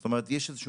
זאת אומרת מה?